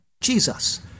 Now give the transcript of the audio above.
Jesus